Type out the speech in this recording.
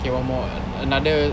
okay one more another